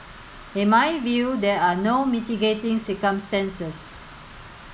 in my view there are no mitigating circumstances